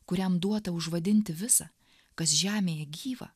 kuriam duota užvadinti visa kas žemėje gyva